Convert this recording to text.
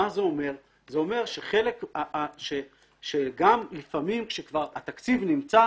זה אומר שגם לפעמים כאשר התקציב כבר נמצא,